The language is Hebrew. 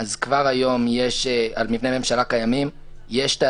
אז כבר היום יש על מבני ממשלה קיימים תהליך,